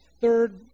Third